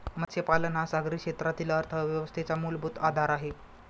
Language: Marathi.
मत्स्यपालन हा सागरी क्षेत्रातील अर्थव्यवस्थेचा मूलभूत आधार आहे